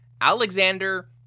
Alexander